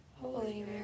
holy